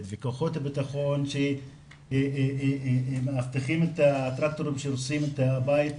וכוחות הביטחון שמאבטחים את הטרקטורים שהורסים את הבית,